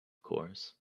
course